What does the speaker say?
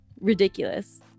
ridiculous